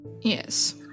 Yes